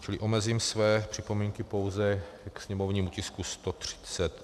Čili omezím své připomínky pouze ke sněmovnímu tisku 138.